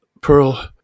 Pearl